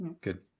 Good